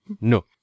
No